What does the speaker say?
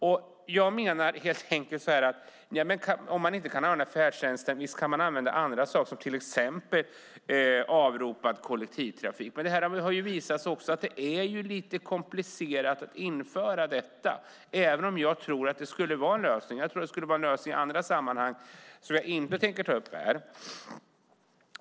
Om man inte kan använda färdtjänsten så kan man använda andra saker som till exempel avropad kollektivtrafik. Men det har visat sig att det är lite komplicerat att införa detta även om det skulle vara en lösning. Jag tror att det kan vara en lösning i andra sammanhang som jag inte tänker ta upp här.